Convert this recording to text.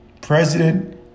President